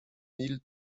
mille